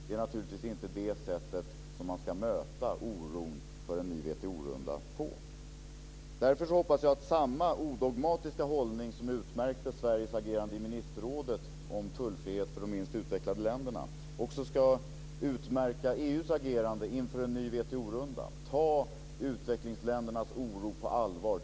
Det är naturligtvis inte på det sättet som man ska möta oron för en ny WTO-runda på. Därför hoppas jag att samma odogmatiska hållning som utmärkte Sveriges agerande i ministerrådet för tullfrihet för de minst utvecklade länderna också ska utmärka EU:s agerande inför en ny WTO-runda. Ta utvecklingsländernas oro på allvar!